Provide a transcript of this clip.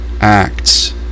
acts